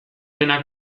dena